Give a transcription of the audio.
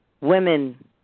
women